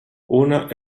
una